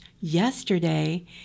yesterday